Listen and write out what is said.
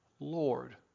lord